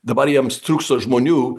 dabar jiems trūksta žmonių